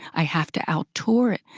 i have to out-tor it.